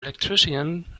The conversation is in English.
electrician